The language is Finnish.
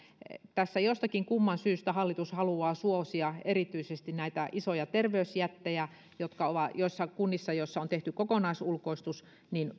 tässä jostakin kumman syystä hallitus haluaa suosia erityisesti näinä isoja terveysjättejä kunnissa joissa on tehty kokonaisulkoistus